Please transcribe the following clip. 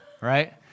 Right